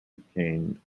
became